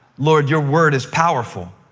lord, your word is powerful,